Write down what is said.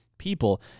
people